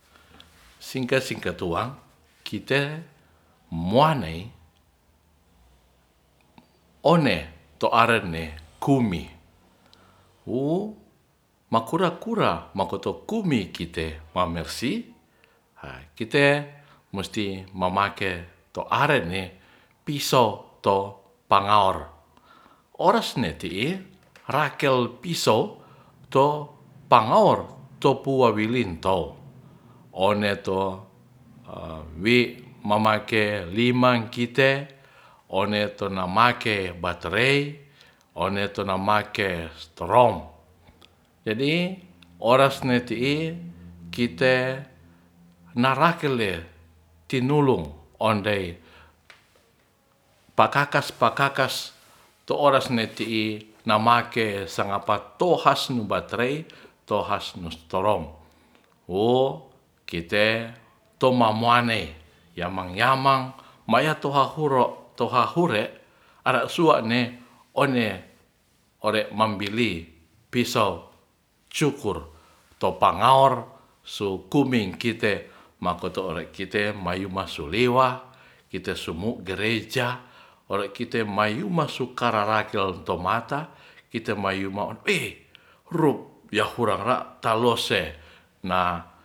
Singka-singka tuang kite muanei one to aren ne kummi woo makura-kura makoto kummi kite mamersi ha kite musti mamake to aren ne piso to pangaor oras ne ti'i rakel piso to pangaor topuawilin tou one to wi mamake lima kite one to namake baterei one to na make sterom jadi oras ne ti'i kite narake le tinulung ondei pakakas-pakakas to oras ne ti'i mamake sangapa tohas nu batrei to has strom wuu kite tomamuane yamang-yamang mayato hahoro tohahure ara sua'ne one ore mambili piso cukur to pangawor su kuming kite makoto ore kite mayu masulewa kite sumu gereja ore kite mayuma so karalakel to mata kite mayum rup ya hurara talos se na